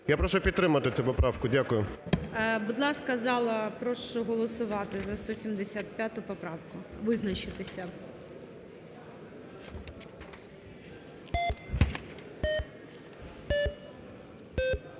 Я прошу підтримати цю поправку. Дякую. ГОЛОВУЮЧИЙ. Будь ласка, зал, прошу голосувати за 175-у поправку, визначитися.